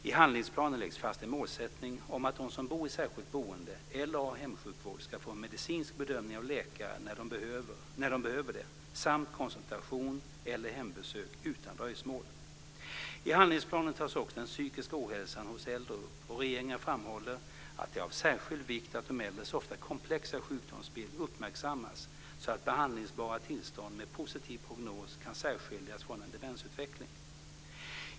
I handlingsplanen läggs fast en målsättning om att de som bor i särskilt boende eller har hemsjukvård ska få en medicinsk bedömning av läkare när de behöver det samt konsultation eller hembesök utan dröjsmål. I handlingsplanen tas också den psykiska ohälsan hos äldre upp, och regeringen framhåller att det är av särskild vikt att de äldres ofta komplexa sjukdomsbild uppmärksammas så att behandlingsbara tillstånd med positiv prognos kan särskiljas från en demensutveckling.